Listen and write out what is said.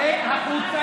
צא החוצה.